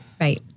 Right